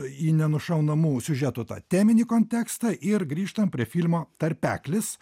į nenušaunamų siužetų tą teminį kontekstą ir grįžtam prie filmo tarpeklis